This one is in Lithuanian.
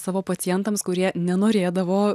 savo pacientams kurie nenorėdavo